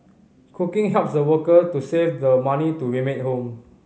cooking helps the worker to save the money to remit home